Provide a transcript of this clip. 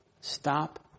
stop